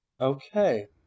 Okay